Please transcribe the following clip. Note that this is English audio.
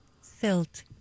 Silt